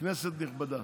כנסת נכבדה,